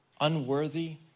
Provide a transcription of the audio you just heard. unworthy